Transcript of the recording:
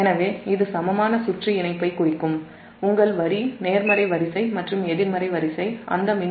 எனவே உங்கள் வரி நேர்மறை வரிசை மற்றும் எதிர்மறை வரிசை இது சமமான சுற்று இணைப்பைக் குறிக்கும்